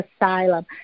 asylum